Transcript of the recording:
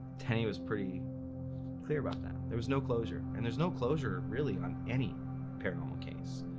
tenney was pretty clear about that. there was no closure. and there's no closure and really on any paranormal case